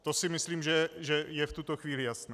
To si myslím, že je v tuto chvíli jasné.